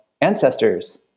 ancestors